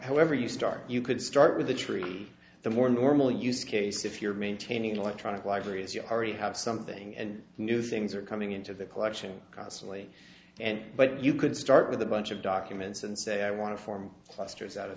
however you start you could start with the tree the more normal use case if you're maintaining electronic libraries you already have something and new things are coming into the collection cosily and but you could start with a bunch of documents and say i want to form clusters out of